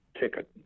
ticket